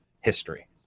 history